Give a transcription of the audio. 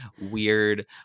weird